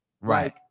right